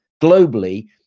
globally